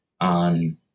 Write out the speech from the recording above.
on